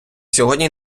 сьогодні